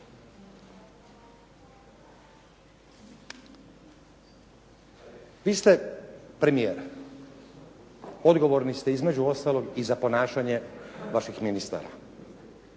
Vi ste premijer, odgovorni ste između ostalog i za ponašanje vaših ministara.